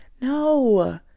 no